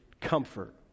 comfort